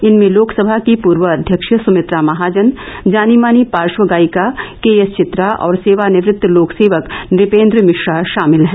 इनमें लोकसभा की पूर्व अध्यक्ष सुमित्रा महाजन जानी मानी पार्शव गायिका के एस चित्रा और सेवा निवृत्त लोकसेवक नुपेन्द्र मिश्रा शामिल हैं